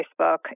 Facebook